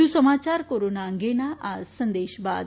વધુ સમાચાર કોરોના અંગેના આ સંદેશ બાદ